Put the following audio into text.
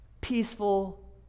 peaceful